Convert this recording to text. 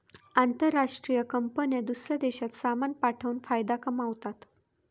आंतरराष्ट्रीय कंपन्या दूसऱ्या देशात सामान पाठवून फायदा कमावतात